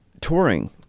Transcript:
Touring